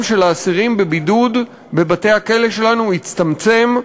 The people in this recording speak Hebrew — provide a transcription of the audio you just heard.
של האסירים בבידוד בבתי-הכלא שלנו יצטמצם,